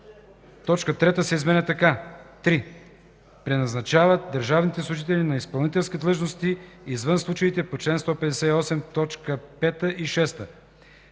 Точка 3 се изменя така: „3. преназначават държавните служители на изпълнителски длъжности, извън случаите по чл. 158, т. 5 и 6;”.